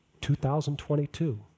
2022